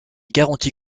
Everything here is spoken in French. garantit